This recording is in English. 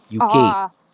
UK